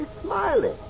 smiling